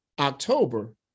October